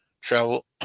travel